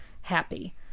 happy